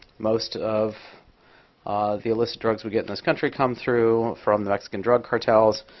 most of the illicit drugs we get in this country come through from the mexican drug cartels,